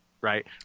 Right